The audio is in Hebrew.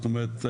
זאת אומרת,